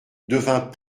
devint